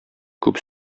күп